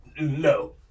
No